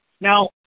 Now